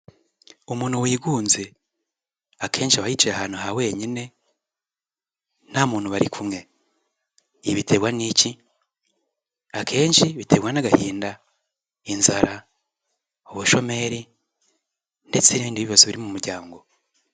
Umuntu wigunze akenshi aba yicaye ahantu aha wenyine nta muntu bari kumwe, ibi biterwa n'iki akenshi biterwa n'agahinda, inzara, ubushomeri ndetse n'ibindi bibazo biri mu muryango.